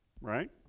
right